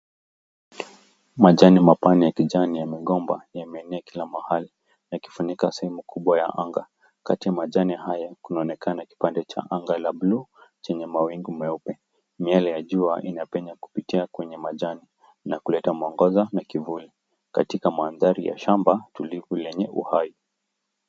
Majani mabichi ya migomba imeenea kila mahali na kufunika sehemu kubwa ya anga. Kati ya majani haya kinaonekana kipande cha anga la blue chenye mawingu mweupe. Miwele ya jua inapenya kupitia kwenye majani na kuleta mwangaza na kivuli katika mandhari ya shamba lenye uhai.